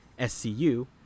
SCU